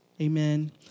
Amen